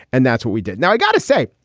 and that's what we did. now, i gotta say,